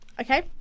Okay